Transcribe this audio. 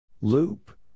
Loop